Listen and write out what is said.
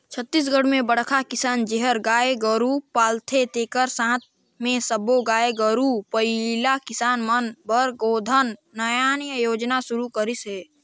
छत्तीसगढ़ में बड़खा किसान जेहर गाय गोरू पालथे तेखर साथ मे सब्बो गाय गोरू पलइया किसान मन बर गोधन न्याय योजना सुरू करिस हे